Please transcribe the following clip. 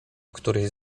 któryś